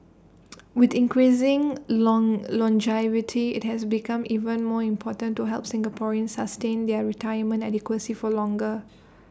with increasing long longevity IT has become even more important to help Singaporeans sustain their retirement adequacy for longer